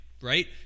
right